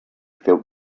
felt